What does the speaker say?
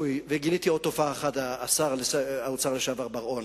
גיליתי עוד תופעה, שר האוצר לשעבר בר-און,